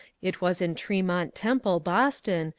it was in tremont temple, boston,